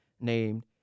named